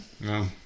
no